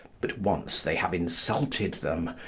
but once they have insulted them,